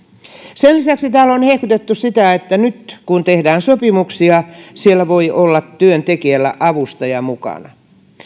sen lisäksi täällä on hehkutettu sitä että nyt kun tehdään sopimuksia siellä voi olla työntekijällä avustaja mukana